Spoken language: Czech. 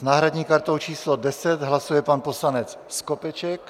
S náhradní kartou číslo 10 hlasuje pan poslanec Skopeček.